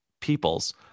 peoples